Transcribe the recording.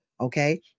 Okay